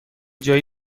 جایی